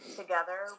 together